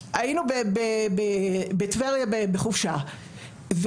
היינו בטבריה בחופשה,